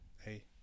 Hey